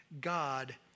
God